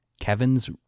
Kevin's